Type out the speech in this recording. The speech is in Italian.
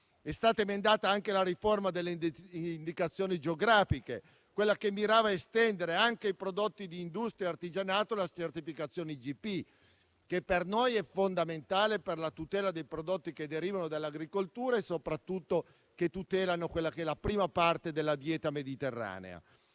È stata emendata anche la riforma delle indicazioni geografiche, quella che mirava a estendere anche ai prodotti di industria e artigianato la certificazione IGP, che per noi è fondamentale per la tutela dei prodotti che derivano dall'agricoltura e, soprattutto, della prima parte della dieta mediterranea.